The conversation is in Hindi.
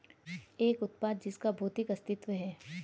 एक उत्पाद जिसका भौतिक अस्तित्व है?